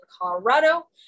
Colorado